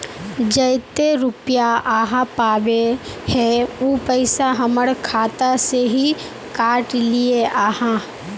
जयते रुपया आहाँ पाबे है उ पैसा हमर खाता से हि काट लिये आहाँ?